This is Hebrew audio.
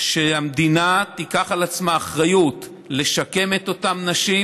בכך שהמדינה תיקח על עצמה אחריות לשקם את אותן נשים,